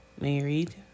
married